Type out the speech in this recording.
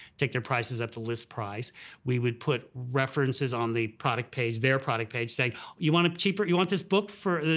take their prices up to list price we would put references on the product page, their product page, saying, you want it cheaper, you want this book for,